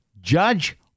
Judge